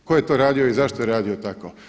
Tko je to radio i zašto je radio tako?